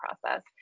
process